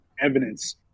evidence